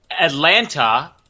Atlanta